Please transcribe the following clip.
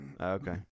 okay